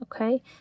Okay